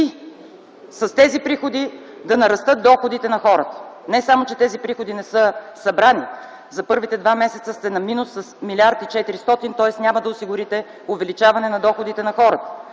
и с тези приходи да нараснат доходите на хората. Не само че тези приходи не са събрани, за първите два месеца сте на минус с милиард и четиристотин, тоест няма да осигурите увеличаване на доходите на хората.